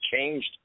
changed